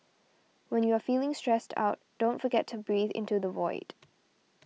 when you are feeling stressed out don't forget to breathe into the void